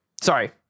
Sorry